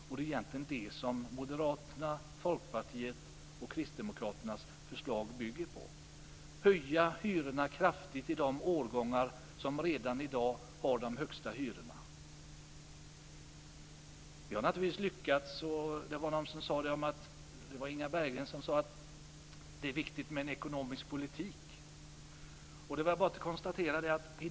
Det är egentligen det som moderaternas, Folkpartiets och Kristdemokraternas förslag bygger på: höja hyrorna kraftigt i de årgångar som redan i dag har de högsta hyrorna. Det var Inga Berggren som sade att det är viktigt med en ekonomisk politik.